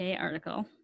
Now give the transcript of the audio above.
article